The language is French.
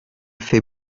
fait